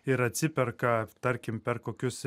ir atsiperka tarkim per kokius